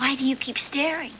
why do you keep scary